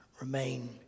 remain